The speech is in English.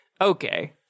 Okay